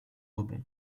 rebond